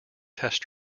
test